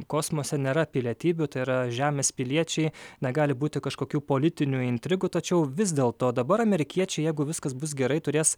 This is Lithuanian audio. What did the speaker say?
kosmose nėra pilietybių tai yra žemės piliečiai negali būti kažkokių politinių intrigų tačiau vis dėl to dabar amerikiečių jeigu viskas bus gerai turės